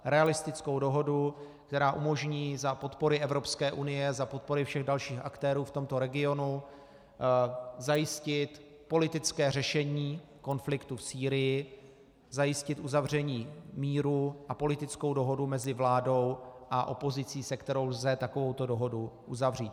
Realistickou dohodu, která umožní za podpory Evropské unie, za podpory všech dalších aktérů v tomto regionu zajistit politické řešení konfliktu v Sýrii, zajistit uzavření míru a politickou dohodu mezi vládou a opozicí, se kterou lze takovouto dohodu uzavřít.